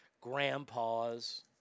grandpas